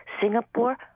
Singapore